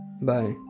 bye